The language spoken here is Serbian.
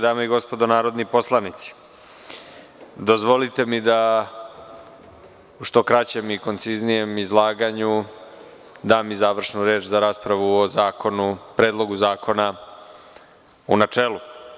Dame i gospodo narodni poslanici, dozvolite mi da u što kraćem i konciznijem izlaganju dam i završnu reč za raspravu o Predlogu zakona u načelu.